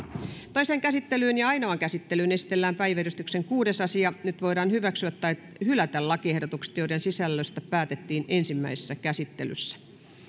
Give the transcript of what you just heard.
toiseen käsittelyyn ja ainoaan käsittelyyn esitellään päiväjärjestyksen kuudes asia nyt voidaan hyväksyä tai hylätä lakiehdotukset joiden sisällöstä päätettiin ensimmäisessä käsittelyssä